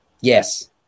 Yes